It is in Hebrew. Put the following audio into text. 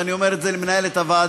ואני אומר את זה למנהלת הוועדה,